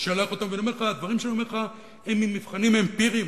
ואני אומר לך דברים ממבחנים אמפיריים.